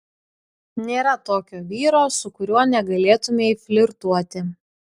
nėra tokio vyro su kuriuo negalėtumei flirtuoti